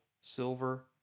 silver